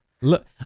Look